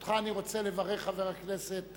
אותך אני רוצה לברך, חבר הכנסת,